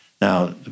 Now